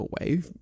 away